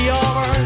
over